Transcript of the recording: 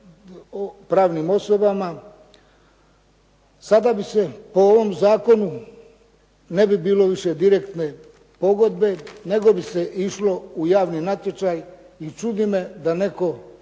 pravnim osobama sada bi se po ovom zakonu ne bi bilo više direktne pogodbe nego bi se išlo u javni natječaj i čudi me da netko